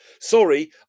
sorry